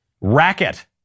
racket